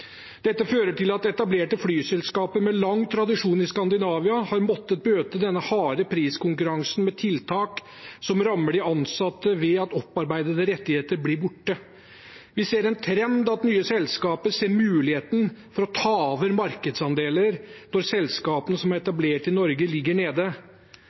Dette fører til at etablerte flyselskaper med lange tradisjoner i Skandinavia har måtte møte denne harde priskonkurransen med tiltak som rammer de ansatte ved at opparbeidede rettigheter blir borte. Vi ser en trend av at nye selskaper ser muligheten til å ta over markedsandeler når selskapene som er etablert i Norge, ligger nede.